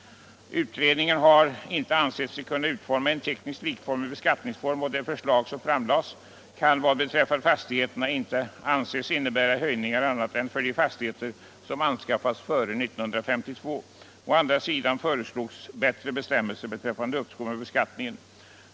Utredningen har inte ansett sig kunna föreslå en tekniskt likformig beskattning, och det förslag som framlades kan vad beträffar fastigheterna inte anses innebära höjningar annat än för de fastigheter som anskaffats före år 1952. Å andra sidan föreslogs bättre bestämmelser beträffande uppskov med beskattningen.